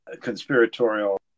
conspiratorial